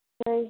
हँ